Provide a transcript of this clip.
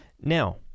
Now